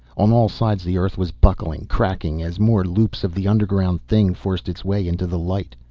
on all sides the earth was buckling, cracking, as more loops of the underground thing forced its way into the light.